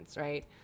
Right